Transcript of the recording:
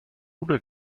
una